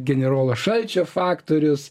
generolo šalčio faktorius